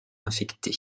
infecté